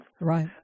Right